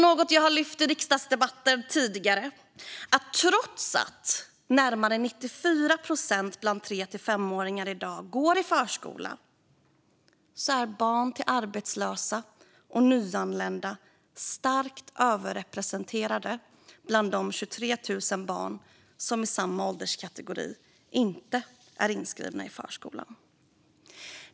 I dag går närmare 94 procent av tre till femåringarna i förskolan. Men som jag har lyft i riksdagsdebatter tidigare är barn till arbetslösa och nyanlända starkt överrepresenterade bland de 23 000 barn som i samma ålderskategori inte är inskrivna i förskolan.